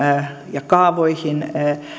ja kaavoihin